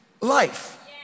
life